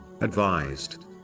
advised